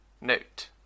Note